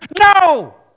No